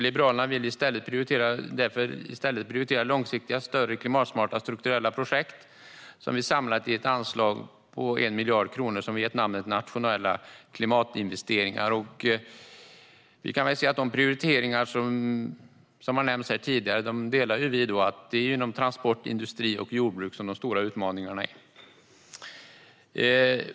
Liberalerna vill därför i stället prioritera långsiktiga större klimatsmarta projekt, vilket vi samlat i ett anslag på 1 miljard kronor med namnet Nationella klimatinvesteringar. Vi delar de prioriteringar som nämnts här tidigare. Det är inom transport, industri och jordbruk som de stora utmaningarna finns.